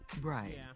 Right